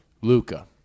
Luca